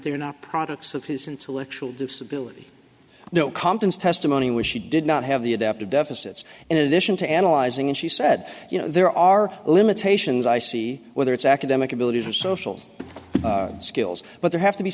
they're not products of his intellectual disability no compton's testimony where she did not have the adaptive deficits in addition to analyzing it she said you know there are limitations i see whether it's academic abilities or social skills but there have to be